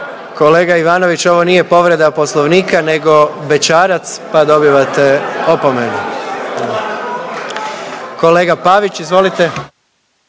Kolega Ivanović, ovo nije povreda Poslovnika nego bećarac, pa dobivate opomenu. Kolega Pavić izvolite.